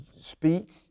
speak